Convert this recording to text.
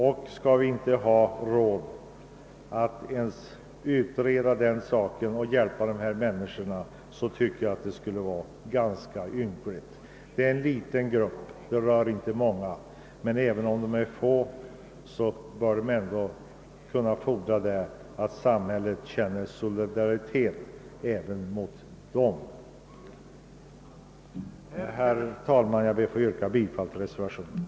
Om vi inte anser oss ha råd ens att utreda denna fråga för att hjälpa dessa människor, är det verkligen ynkligt. Även om endast en liten grupp av människor berörs, bör de kunna fordra att samhället visar solidaritet med dem. Herr talman! Jag ber att få yrka bifall till reservationen.